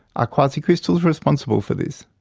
are quasicrystals responsible for this?